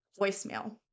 Voicemail